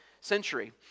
century